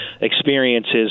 experiences